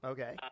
Okay